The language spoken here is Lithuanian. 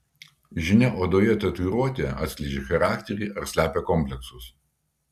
žinia odoje tatuiruotė atskleidžia charakterį ar slepia kompleksus